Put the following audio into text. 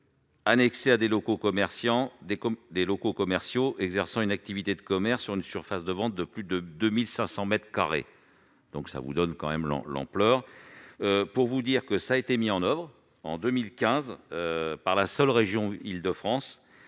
comme des locaux commerciaux exerçant une activité de commerce sur une surface de vente de plus de 2500 mètres carrés donc ça vous donne quand même l'an l'ampleur pour vous dire que ça a été mis en oeuvre en 2015 par la seule région Île-de-France